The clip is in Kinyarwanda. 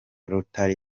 rotary